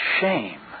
shame